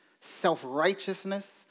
self-righteousness